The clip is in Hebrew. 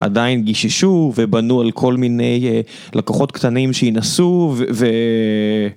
עדיין גיששו ובנו על כל מיני לקוחות קטנים שינסו ו...